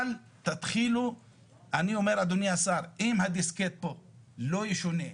אבל אני אומר, אדוני השר, הדיסקט צריך להשתנות.